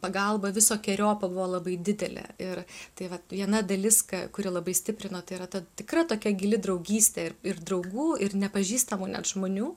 pagalba visokeriopa buvo labai didelė ir tai vat viena dalis kuri labai stiprino tai yra ta tikra tokia gili draugystė ir ir draugų ir nepažįstamų žmonių